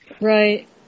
Right